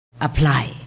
apply